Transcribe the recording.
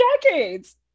decades